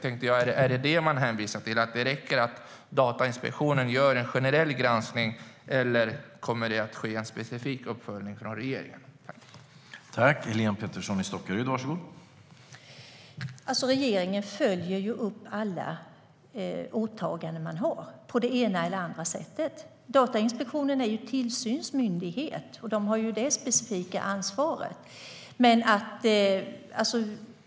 Är det detta man hänvisar till, att det räcker att Datainspektionen gör en generell granskning, eller kommer det att ske en specifik uppföljning från regeringens sida?